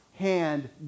Hand